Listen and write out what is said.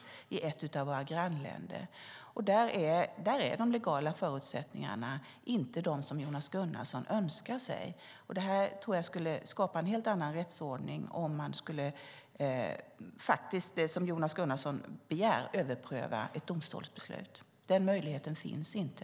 Det gäller ett av våra grannländer, och de legala förutsättningarna är inte de som Jonas Gunnarsson önskar sig. Om man skulle överpröva ett domstolbeslut så som Jonas Gunnarsson begär skulle en helt annan rättsordning skapas. Den möjligheten finns inte.